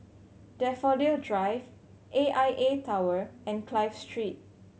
Daffodil Drive A I A Tower and Clive Street